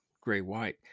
gray-white